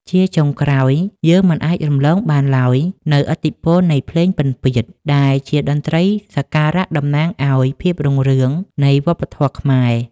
ជាចុងក្រោយ យើងមិនអាចរំលងបានឡើយនូវឥទ្ធិពលនៃភ្លេងពិណពាទ្យ ដែលជាតន្ត្រីសក្ការៈតំណាងឱ្យភាពរុងរឿងនៃវប្បធម៌ខ្មែរ។